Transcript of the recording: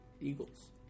eagles